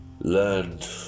Learned